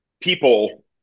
people